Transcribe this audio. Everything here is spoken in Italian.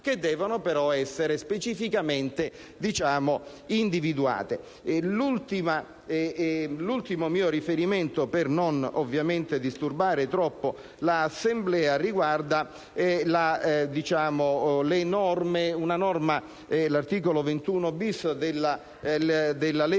che devono però essere specificatamente individuate. L'ultimo mio riferimento - per non disturbare troppo l'Assemblea - riguarda una norma, l'articolo 21-*ter* della legge